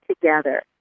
together